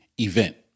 event